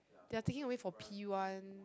they are taking away for P-one